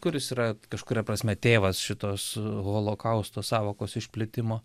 kuris yra kažkuria prasme tėvas šitos holokausto sąvokos išplėtimo